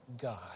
God